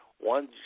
one